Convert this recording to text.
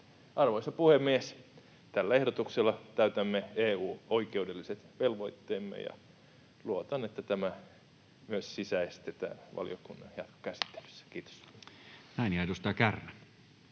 Arvoisa puhemies! Tällä ehdotuksella täytämme EU-oikeudelliset velvoitteemme, ja luotan, että tämä myös sisäistetään valiokunnan käsittelyssä.